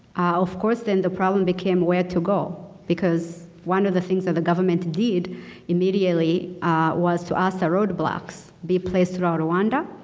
of course then the problem became where to go. because one of the things that the government did immediately was to ask that road-blocks be placed around rowanda.